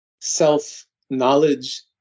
self-knowledge